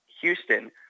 Houston